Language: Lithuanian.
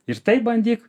ir taip bandyk